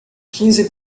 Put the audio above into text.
quinze